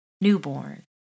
newborn